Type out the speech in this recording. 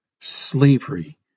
slavery